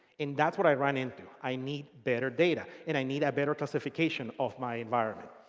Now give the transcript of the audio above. and that's what i run into. i need better data. and i need a better classification of my environment.